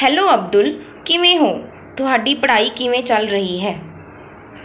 hello Abdul ਕਿਵੇਂ ਹੋ ਤੁਹਾਡੀ ਪੜ੍ਹਾਈ ਕਿਵੇਂ ਚੱਲ ਰਹੀ ਹੈ